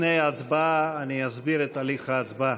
לפני ההצבעה אני אסביר את הליך ההצבעה.